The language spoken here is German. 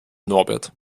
norbert